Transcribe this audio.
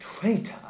traitor